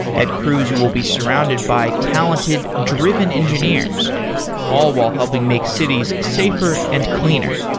at cruise you will be surrounded by talented, driven engineers all while helping make cities safer and cleaner.